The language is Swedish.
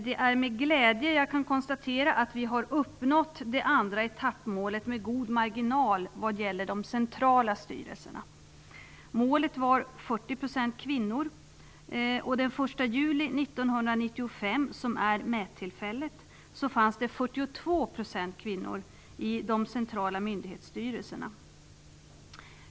Det är med glädje jag kan konstatera att vi har uppnått det andra etappmålet med god marginal vad gäller de centrala styrelserna. Målet var 40 % kvinnor. Den 1 juli 1995, som är mättillfället, fanns det 42 % kvinnor i de centrala myndighetsstyrelserna.